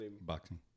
boxing